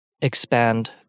expand